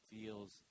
feels